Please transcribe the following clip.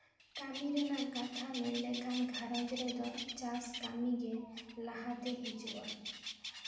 ᱠᱟᱹᱢᱤ ᱨᱮᱱᱟᱝ ᱠᱟᱛᱷᱟ ᱢᱮᱱᱞᱮᱠᱷᱟᱱ ᱜᱷᱟᱨᱚᱸᱡᱽ ᱨᱮᱫᱚ ᱪᱟᱥ ᱠᱟᱹᱢᱤᱜᱮ ᱪᱟᱥ ᱠᱟᱹᱢᱤᱜᱮ ᱞᱟᱦᱟᱛᱮ ᱦᱤᱡᱩᱜᱼᱟ